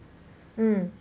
mm